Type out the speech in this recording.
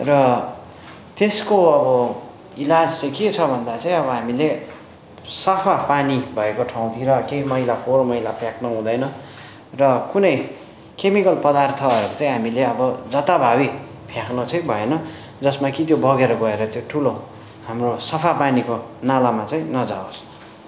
र त्यसको अब इलाज चाहिँ के छ भन्दा चाहिँ अब हामीले सफा पानी भएको ठाउँतिर केही मैला फोहोर मैला फ्याक्नुहुँदैन र कुनै क्यामिकल पदार्थहरू चाहिँ हामीले अब जथाभाबी फ्याँक्नु चाहिँ भएन जसमा कि त्यो बगेर गएर त्यो ठुलो हाम्रो सफा पानीको नालामा चाहिँ नजाओस्